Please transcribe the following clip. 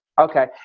Okay